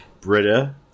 Britta